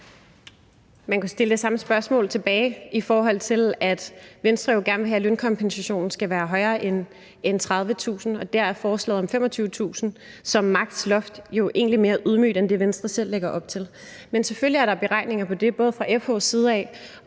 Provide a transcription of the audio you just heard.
Man kunne stille det samme spørgsmål tilbage, i forhold til at Venstre jo gerne vil have, at lønkompensationen skal være højere end 30.000 kr. Der er forslaget om 25.000 kr. som maks. loft jo egentlig mere ydmygt end det, som Venstre selv lægger op til. Men selvfølgelig er der beregninger på det både fra FH's side og